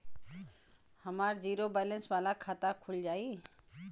हमार zero balance वाला खाता खुल जाई?